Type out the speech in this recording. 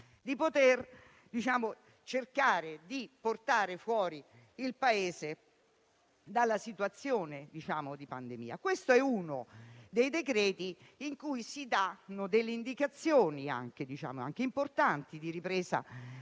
di cercare di portare fuori il Paese dalla situazione di pandemia. Questo è uno dei decreti-legge con cui si danno delle indicazioni, anche importanti, per la ripresa